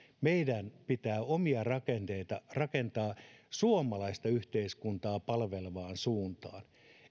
meidän pitää omia rakenteita rakentaa suomalaista yhteiskuntaa palvelevaan suuntaan